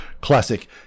classic